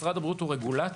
משרד הבריאות הוא רגולטור,